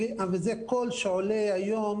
וזה קול שעולה היום,